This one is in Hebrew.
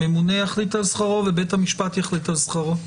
הממונה יחליט על שכרו ובית המשפט יחליט על שכרו.